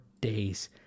days